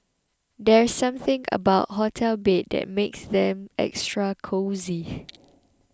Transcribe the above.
there's something about hotel beds that makes them extra cosy